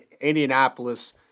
Indianapolis